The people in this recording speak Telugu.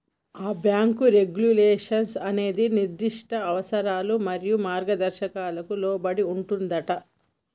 ఆ బాంకు రెగ్యులేషన్ అనేది నిర్దిష్ట అవసరాలు మరియు మార్గదర్శకాలకు లోబడి ఉంటుందంటా